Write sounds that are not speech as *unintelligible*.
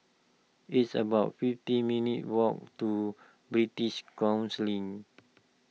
it's about fifty minutes' walk to British *unintelligible*